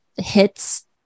hits